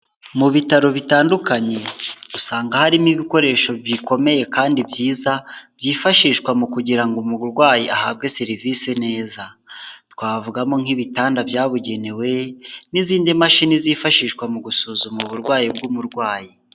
Mu bitaro bitandukanye, usanga harimo ibikoresho bikomeye kandi byiza, byifashishwa mu kugira ngo umurwayi ahabwe serivisi neza, twavugamo nk'ibitanda byabugenewe, n'izindi mashini zifashishwa mu gusuzuma uburwayi bw'umurwayi.